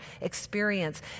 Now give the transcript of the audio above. experience